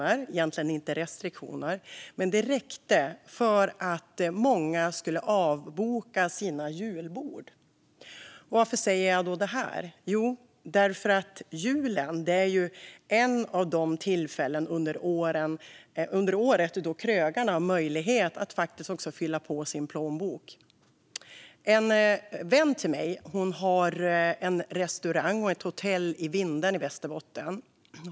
Det var alltså egentligen inte restriktioner, men det räckte för att många skulle avboka sina julbord. Varför säger jag då det här? Jo, därför att julen är ett av de tillfällen under året då krögarna har möjlighet att fylla på sin plånbok. En vän till mig har en restaurang och ett hotell i Vindeln i Västerbotten.